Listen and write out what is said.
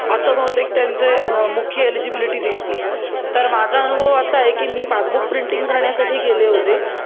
असं बहुतेक त्यांचे मुख्य एलिजिबिलिटी दिसते आहे तर माझा अनुभव असा आहे की मी पासबुक प्रिंटिंग करण्यासाठी गेले होते